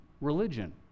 religion